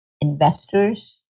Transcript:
investors